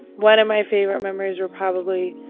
one of my favorite memories were probably